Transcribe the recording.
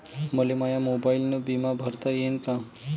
मले माया मोबाईलनं बिमा भरता येईन का?